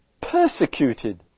persecuted